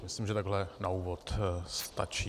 Myslím, že to takhle na úvod stačí.